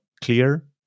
clear